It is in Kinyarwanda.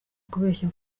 kubeshya